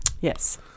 Yes